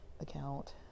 account